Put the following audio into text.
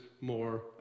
more